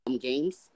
games